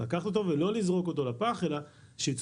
לקחת אותו ולא לזרוק אותו לפח אלא שייצאו